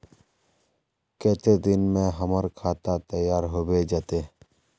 केते दिन में हमर खाता तैयार होबे जते?